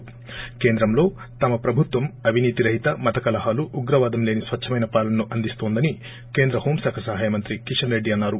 ి కేంద్రంలో తమ ప్రభుత్వం అవినీతి రహిత మతకలహాలు ఉగ్రవాదం లేని స్వచ్చమైన పాలనను అందిస్తోందని కేంద్ర హోం శాఖ సహాయ మంత్రి కిషన్ రెడ్డి అన్నారు